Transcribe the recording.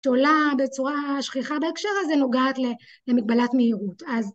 את עולה בצורה שכיחה בהקשר הזה נוגעת למגבלת מהירות